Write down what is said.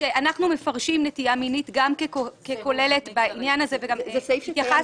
שאנחנו מפרשים נטייה מינית גם ככוללת בעניין הזה והתייחסנו